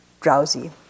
drowsy